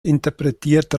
interpretiert